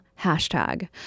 hashtag